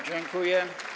Dziękuję.